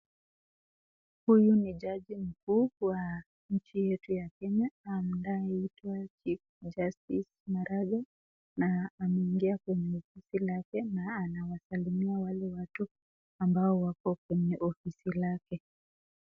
Huyu ni chaji mkuu wa nchi yetu ya Kenya ambaye anaitwa Chief Justice Maraga na ameingia kwenye ofisi yake na anasalimia wale watu ambao wako kwenye ofisi lake.